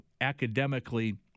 academically